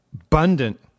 abundant